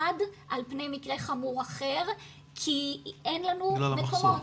על פני מקרה חמור אחר כי אין לנו מקומות.